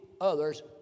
others